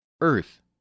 EARTH